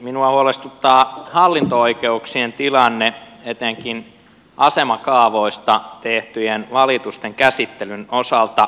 minua huolestuttaa hallinto oikeuksien tilanne etenkin asemakaavoista tehtyjen valitusten käsittelyn osalta